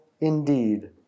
indeed